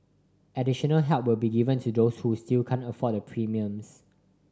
additional help will be given to those who still can't afford the premiums